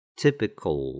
typical